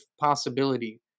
possibility